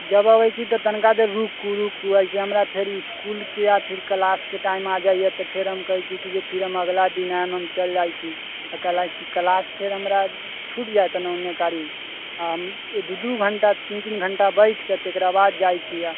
जब अबै छी तऽ तनिका देर रुकु रुकु अइसँ हमरा फेर इसकुलके या फेर क्लासके टाइम आओर जाइए तऽ फेर हम कहै छी कि फिर हम अगिला दिन आबि फिर हम चलि जाइ छी काहे लए कि क्लास फेर हमरा छुटि जाइत ने ओन्ने कारि आओर दू दू घण्टा तीन तीन घण्टा बैठिके तकरा बाद जाइ छियै